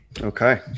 Okay